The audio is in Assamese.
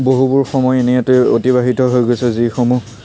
বহুবোৰ সময় এনেই অতিবাহিত হৈ গৈছে যিসমূহ